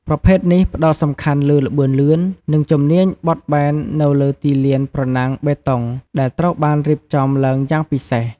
ប្រភេទនេះផ្តោតសំខាន់លើល្បឿនលឿន និងជំនាញបត់បែននៅលើទីលានប្រណាំងបេតុងដែលត្រូវបានរៀបចំឡើងយ៉ាងពិសេស។